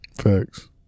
Facts